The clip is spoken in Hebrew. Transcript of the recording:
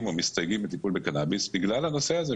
ומסתייגים מטיפול בקנאביס בגלל הנושא הזה,